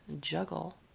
juggle